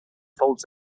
folds